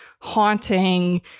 haunting